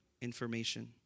information